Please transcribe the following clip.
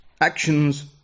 actions